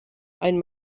ein